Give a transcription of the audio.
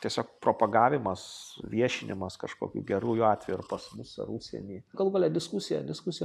tiesiog propagavimas viešinimas kažkokių gerųjų atvejų ar pas mus ar užsieny galų gale diskusija diskusija